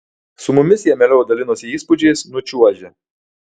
su mumis jie mieliau dalinosi įspūdžiais nučiuožę